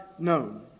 Known